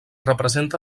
representa